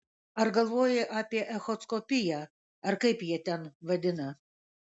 ar galvojai apie echoskopiją ar kaip jie ten vadina